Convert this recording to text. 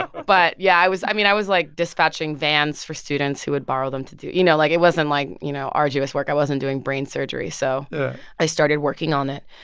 but yeah, i was i mean, i was, like, dispatching vans for students who would borrow them to do you know, like, it wasn't, like, you know, arduous work. i wasn't doing brain surgery. so i started working on it.